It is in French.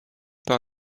par